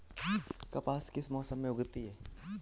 कपास किस मौसम में उगती है?